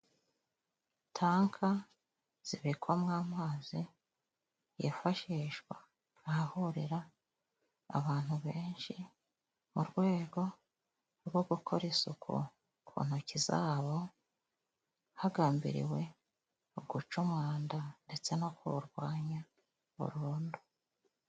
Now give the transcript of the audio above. Tanka zibikwamo amazi yifashishwa ahahurira abantu benshi mu rwego rwo gukora isuku ku ntoki zabo, hagambiriwe mu guca umwanda ndetse no kuwurwanya burundu.